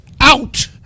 out